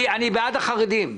אני בעד החרדים ...